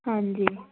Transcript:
ਹਾਂਜੀ